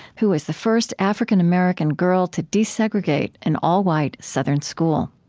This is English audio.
who was the first african-american girl to desegregate an all-white southern school